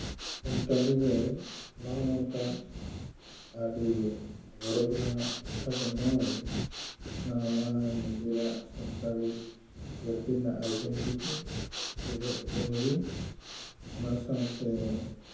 ᱥᱟᱱᱛᱟᱲᱤ ᱨᱮ ᱱᱚᱜᱼᱚᱭ ᱱᱚᱝᱠᱟᱱ ᱟᱹᱰᱤ ᱜᱚᱨᱚᱵᱽ ᱨᱮᱱᱟᱜ ᱠᱟᱛᱷᱟ ᱫᱚ ᱱᱚᱣᱟᱜᱮ ᱱᱚᱣᱟᱢᱟ ᱱᱤᱡᱮᱨᱟᱜ ᱥᱟᱱᱛᱟᱲᱤ ᱡᱟᱹᱛᱤ ᱨᱮᱱᱟᱜ ᱟᱭᱰᱮᱱᱴᱤᱴᱤ ᱥᱮ ᱩᱱᱩᱨᱩᱢ ᱚᱱᱟ ᱥᱟᱶᱛᱮ